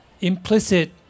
implicit